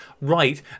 right